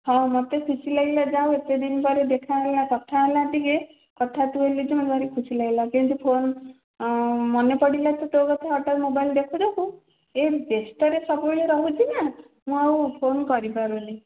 ହଁ ମୋତେ ଖୁସି ଲାଗିଲା ଯାହା ହେଉ ଏତେଦିନ ପରେ ଦେଖା ହେଲା କଥା ହେଲା ଟିକିଏ କଥା ତୁ ହେଲୁ ଯେ ମୋତେ ଭାରି ଖୁସି ଲାଗିଲା କେମିତି ଫୋନ୍ ମନେପଡ଼ିଲା ତ ତୋ କଥା ହଠାତ୍ ମୋବାଇଲ୍ ଦେଖୁ ଦେଖୁ ଏଇ ବ୍ୟସ୍ତରେ ସବୁବେଳେ ରହୁଛିନା ମୁଁ ଆଉ ଫୋନ୍ କରିପାରୁନି